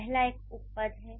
पहला एक उपपद है